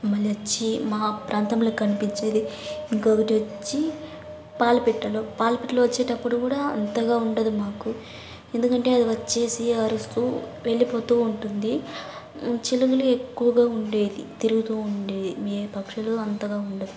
మళ్లి వచ్చి మా ప్రాంతంలో కనిపించేది ఇంకొకటి వచ్చి పాలపిట్టలు పాలపిట్టలు వచ్చేటప్పుడు కూడా అంతగా ఉండదు మాకు ఎందుకంటే అది వచ్చేసి అరుస్తు వెళ్ళిపోతు ఉంటుంది చిలుకులు ఎక్కువగా ఉండేవి తిరుగుతు ఉండేవి వేరే పక్షులు అంతగా ఉండదు